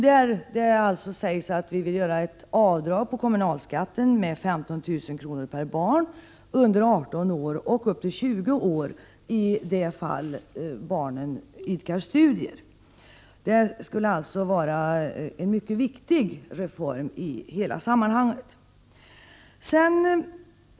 Vi vill att man skall kunna få göra ett avdrag på kommunalskatten med 15 000 kr. per barn under 18 år och upp till 20 år i de fall barnen bedriver studier. Det skulle alltså vara en mycket viktig reform i sammanhanget.